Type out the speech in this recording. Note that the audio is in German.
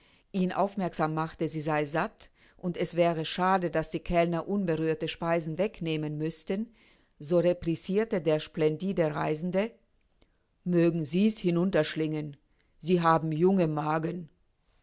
ihn aufmerksam machte sie sei satt und es wäre schade daß die kellner unberührte speisen wegnehmen müßten so replicirte der splendide reisende mögen sie's hinunterschlingen sie haben junge magen